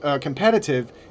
competitive